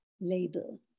label